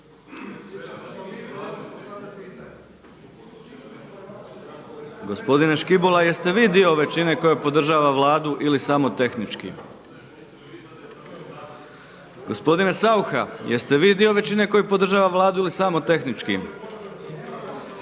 Gospodine Škibola jeste vi dio većine koja podržava Vladu ili samo tehnički? Gospodine Saucha jest li vi dio većine koja podržava Vladu ili samo tehnički?